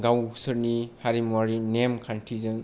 गावसोरनि हारिमुआरि नेमखान्थिजों